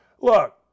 Look